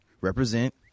Represent